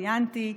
ציינתי,